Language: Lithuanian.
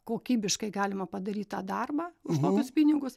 kokybiškai galima padaryt tą darbą už tokius pinigus